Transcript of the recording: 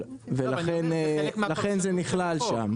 ולכן זה נכלל שם.